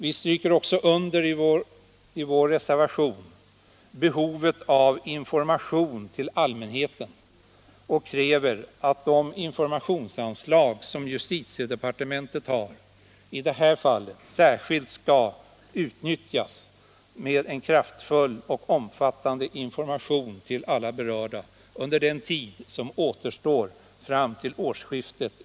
Vi stryker för det andra under behovet av information till allmänheten och kräver att de informationsanslag, som justitiedepartementet har, i det här fallet särskilt skall utnyttjas till en kraftfull och omfattande information till alla berörda under den tid som återstår fram till årsskiftet.